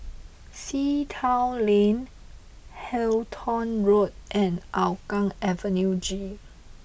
Sea Town Lane Halton Road and Hougang Avenue G